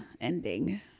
ending